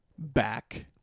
back